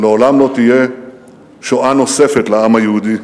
שלעולם לא תהיה שואה נוספת לעם היהודי,